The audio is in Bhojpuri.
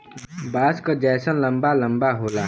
बाँस क जैसन लंबा लम्बा होला